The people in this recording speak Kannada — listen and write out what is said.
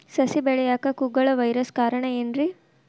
ಸಸಿ ಬೆಳೆಯಾಕ ಕುಗ್ಗಳ ವೈರಸ್ ಕಾರಣ ಏನ್ರಿ?